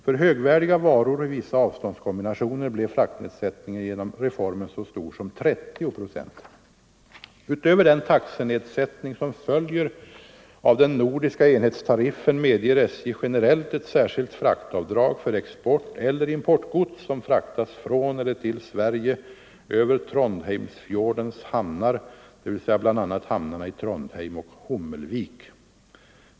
För högvärdiga varor i vissa avståndskombinationer blev fraktnedsättningen genom reformen så stor som 30 procent. Utöver den taxenedsättning som följer av den nordiska enhetstariffen medger SJ generellt ett särskilt fraktavdrag för exporteller importgods som fraktas från eller till Sverige över Trondheimsfjordens hamnar, dvs. bl.a. hamnarna i Trondheim och Hommelvik.